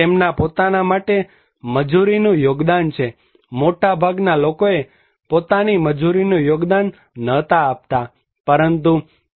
અહીં તેમના પોતાના માટે મજૂરીનું યોગદાન છે મોટાભાગના લોકોએ પોતાની મજૂરીનું યોગદાન નહોતા આપતા પરંતુ